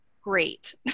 great